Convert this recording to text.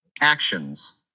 Actions